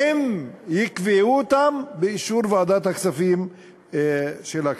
והם יקבעו אותם באישור ועדת הכספים של הכנסת.